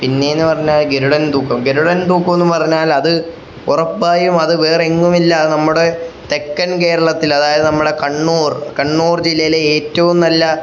പിന്നെയെന്നു പറഞ്ഞാൽ ഗരുഡൻ തൂക്കം ഗരുഡൻ തൂക്കമെന്നു പറഞ്ഞാൽ അത് ഉറപ്പായും അത് വേറെയെങ്ങുമില്ല അത് നമ്മുടെ തെക്കൻ കേരളത്തിൽ അതായത് നമ്മുടെ കണ്ണൂർ കണ്ണൂർ ജില്ലയിലെ ഏറ്റവും നല്ല